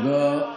תודה.